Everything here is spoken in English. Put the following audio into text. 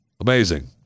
amazing